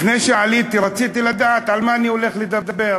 לפני שעליתי רציתי לדעת על מה אני הולך לדבר,